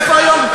ואיפה היום,